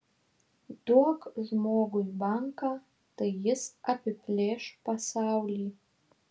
duok žmogui banką tai jis apiplėš pasaulį